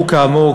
שהוא כאמור,